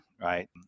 right